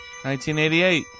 1988